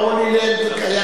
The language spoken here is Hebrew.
"הולילנד" אחד, יהיה, לא.